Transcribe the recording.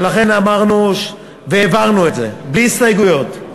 ולכן העברנו, בלי הסתייגויות,